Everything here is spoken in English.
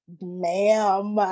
ma'am